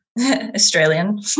Australian